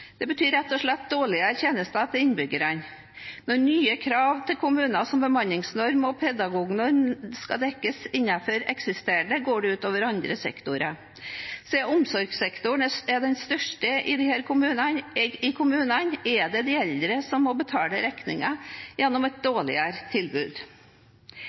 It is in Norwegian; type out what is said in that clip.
Det betyr rett og slett dårligere tjenester til innbyggerne. Når nye krav til kommunene, som bemannings- og pedagognormer, skal dekkes innenfor eksisterende rammer, går det ut over andre sektorer. Siden omsorgssektoren er den største i kommunene, er det de eldre som må betale regningen gjennom et dårligere tilbud.